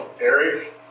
Eric